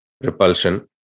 repulsion